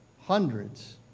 hundreds